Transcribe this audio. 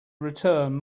return